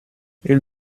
ils